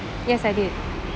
yes I did